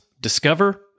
Discover